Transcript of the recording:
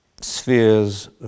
spheres